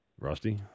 Rusty